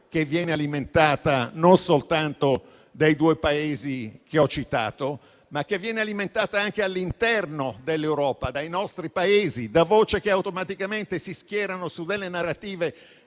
che viene alimentata non soltanto dai due Paesi che ho citato, ma anche all'interno dell'Europa dai nostri Paesi, da voci che automaticamente si schierano su delle narrative